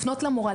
לפנות למורה,